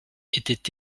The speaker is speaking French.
était